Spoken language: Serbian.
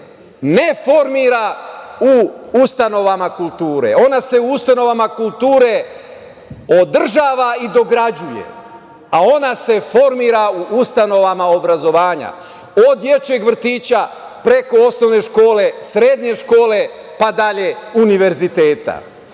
ne formira u ustanovama kulture, ona se u ustanovama kulture održava i dograđuje, a ona se formira u ustanovama obrazovanja, od dečijeg vrtića, preko osnovne škole, srednje škole, pa dalje univerziteta. Zato